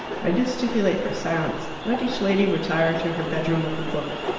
i do stipulate for silence. let each lady retire to her bedroom with a book.